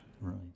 Right